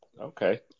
Okay